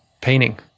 painting